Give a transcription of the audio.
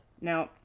Now